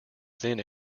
thin